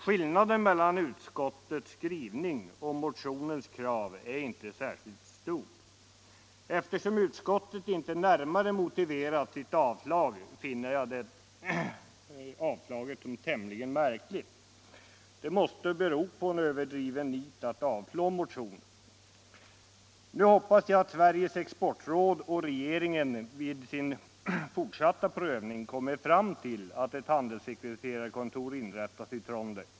Skillnaden mellan utskottets skrivning och motionens krav är inte särskilt stor, och eftersom utskottet inte närmare har motiverat sitt avstyrkande finner jag det tämligen märkligt. Det måste bero på en överdriven nit att avstyrka motioner. Nu hoppas jag att Sveriges exportråd och regeringen vid sin fortsatta prövning kommer fram till att ett handelssekreterarkontor bör inrättas i Trondheim.